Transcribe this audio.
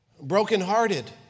brokenhearted